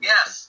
Yes